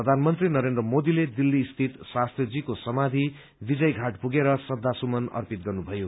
प्रधानमन्त्री नरेन्द्र मोदीले दिल्ली स्थित शास्त्रीजीको समाधी विजयषाट पुगेर श्रद्धासुमन अर्पित गर्नुभयो